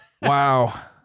Wow